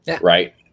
Right